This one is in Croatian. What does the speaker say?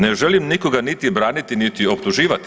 Ne želim nikoga niti braniti, niti optuživati.